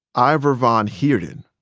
ivor van heerden,